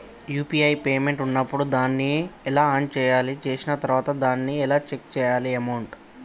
UPI payment ఉన్నప్పుడు దాన్ని ఎలా ఆన్ చేయాలి? చేసిన తర్వాత దాన్ని ఎలా చెక్ చేయాలి అమౌంట్?